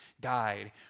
died